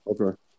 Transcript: Okay